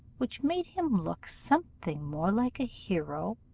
which made him look something more like a hero,